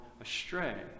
astray